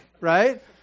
right